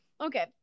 Okay